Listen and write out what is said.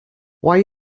why